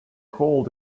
called